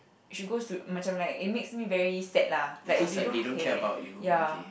should goes to macam like it makes me very sad lah like they don't care ya